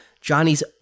Johnny's